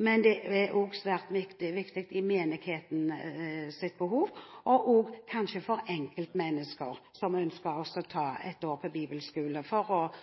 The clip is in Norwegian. men det er også svært viktig med tanke på menighetenes behov og kanskje også for enkeltmennesker som ønsker å ta et år på bibelskole for